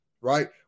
right